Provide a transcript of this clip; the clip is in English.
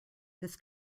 this